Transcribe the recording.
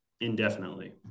indefinitely